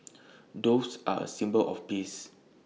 doves are A symbol of peace